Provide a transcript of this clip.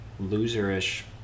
loserish